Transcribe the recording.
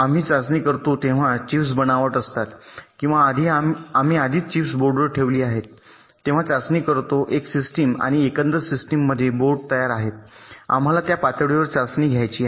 आम्ही चाचणी करतो तेव्हा चिप्स बनावट असतात किंवा आम्ही आधीच चिप्स बोर्डवर ठेवली आहेत तेव्हा चाचणी करतो एक सिस्टम आणि एकंदर सिस्टम मध्ये बोर्ड तयार आहेत आम्हाला त्या पातळीवर चाचणी घ्यायची आहे